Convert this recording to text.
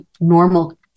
normal